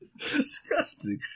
Disgusting